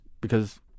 because-